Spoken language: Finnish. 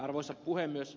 arvoisa puhemies